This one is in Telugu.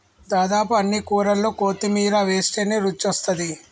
దాదాపు అన్ని కూరల్లో కొత్తిమీర వేస్టనే రుచొస్తాది